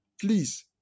Please